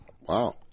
Wow